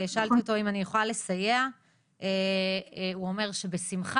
שאלתי אותו אם אני יכולה לסייע והוא אומר שבשמחה.